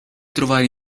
trovare